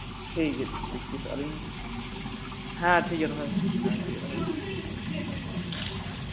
ᱴᱷᱤᱠ ᱜᱮᱭᱟ ᱴᱷᱤᱠ ᱜᱮᱭᱟ ᱯᱨᱮᱠᱴᱤᱥ ᱚᱜ ᱟ ᱞᱤᱧ ᱦᱮᱸ ᱴᱷᱤᱠ ᱜᱮᱭᱟ ᱫᱚᱦᱚᱭ ᱢᱮ ᱴᱷᱤᱠ ᱜᱮᱭᱟ ᱫᱚᱦᱚᱭ ᱢᱮ